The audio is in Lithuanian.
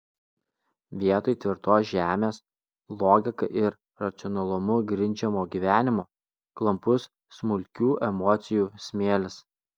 vietoj tvirtos žemės logika ir racionalumu grindžiamo gyvenimo klampus smulkių emocijų smėlis